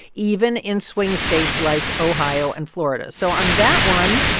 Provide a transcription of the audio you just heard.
even in swing states like ohio and florida. so on that one,